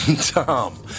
Tom